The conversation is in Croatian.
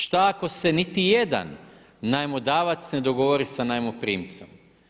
Šta ako se niti jedan najmodavac ne dogovori sa najmoprimcem?